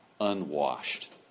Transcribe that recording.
unwashed